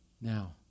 now